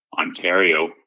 Ontario